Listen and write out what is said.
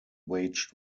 waged